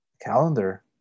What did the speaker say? Calendar